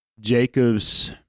Jacob's